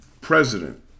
president